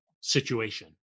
situation